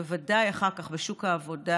ובוודאי אחר כך בשוק העבודה,